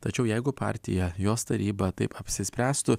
tačiau jeigu partija jos taryba taip apsispręstų